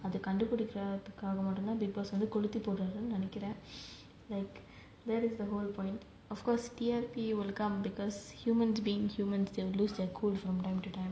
அது கண்டுபிடிக்கிறதுகாக தான்:athu kandupidikkirathukaaga thaan bigg boss கொளுத்தி போடுறாங்கனு நெனைக்கிறேன்:koluthi poduraanganu nenaikkirean like that it is the whole point of course T_L_P will come because humans being humans they'll lose their cool from time to time